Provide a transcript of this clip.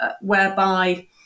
whereby